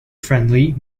friendly